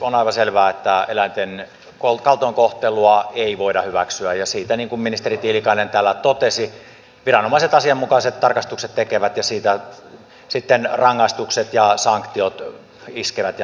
on aivan selvää että eläinten kaltoinkohtelua ei voida hyväksyä ja siitä niin kuin ministeri tiilikainen täällä totesi viranomaiset asianmukaiset tarkastukset tekevät ja siitä sitten rangaistukset ja sanktiot iskevät ja napsahtavat